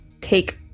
take